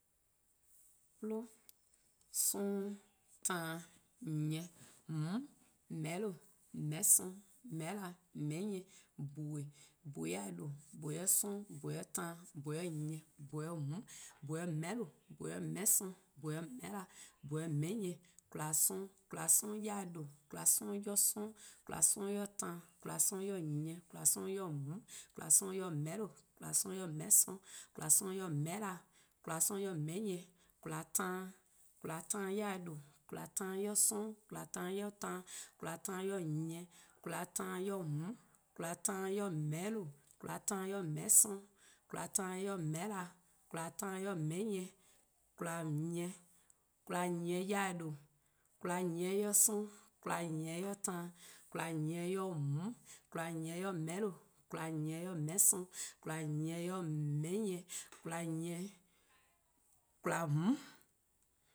'Plo, 'sororn', taan, nyieh, :mm', :meheh'lo:. :meheh' 'sorn, :meheh'na, :meheh' nyieh, :bhue', :bhue' 'yor-eh :due', :bhue' 'yor 'sororn', :bhue' 'yor taa,, :bhue' 'yor nyieh :bhue' 'yor :mm', :bhue' 'yor :mehehlo:, :bhue' 'yor :meheh' 'sorn, :bhue' 'yor :meheh'na, :bhue' 'yor :meheh' nyieh :kwlaa 'sororn', :kwlaa 'yor-eh :due', kwlaa 'sororn' 'yor 'sororn, :kwlaa 'sororn 'yor taan, :kwlaa 'sororn 'yor nyieh, :kwlaa 'sororn 'yor :mm, :kwlaa 'sororn 'yor :meheh'lo:, :kwlaa 'sororn 'yor :meheh' 'sorn, :kwlaa 'sororn 'yor :meheh'na. :kwlaa 'sororn 'yor :meheh' nyieh, :kwlaa taan, :kwlaa taan 'yor-eh :due', :kwlaa taan 'yor 'sororn', :kwlaa taan 'yor taan. :kwlaa taan 'yor nyieh, :kwlaa taan 'yor :mm', :kwlaa taan 'yor :meheh'lo: :kwlaa taan 'yor :meheh' 'sorn, :kwlaa taan 'yor :mehehna, :kwlaa taan 'yor :meheh' nyieh, :kwlaa, :kwaa taan 'yor-eh :due', :kwlaa taan 'yor 'sorornn', :kwlaa taan 'yor taan, :kwlaa taan 'yor nyieh, :kwlaa taan 'yor :mm', :kwlaa taan 'yor :meheh'lo:, :kwlaa taan 'yor :meheh' 'sorn, :kwlaa taan 'yor :meheh'na, :kwlaa taan 'yor :meheh' nyieh, :kwlaa nyieh, :kwlaa nyieh 'yor-eh :due', :kwlaa nyieh 'yor 'sororn', :kwlaa nyieh 'yor taan, :kwlaa nyieh 'yor nyieh :kwlaa nyieh 'yor :meheh'lo:. :kwlaa nyieh 'yor :meheh' 'sorn, :kwlaa nyieh 'yor :meheh' nyieh, :kwlaa :mm',